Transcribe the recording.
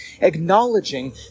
acknowledging